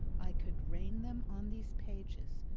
i could rain them on these pages,